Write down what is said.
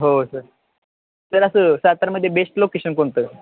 हो सर तर असं सातारमध्ये बेस्ट लोकेशन कोणतं